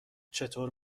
چطور